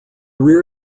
rear